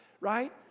right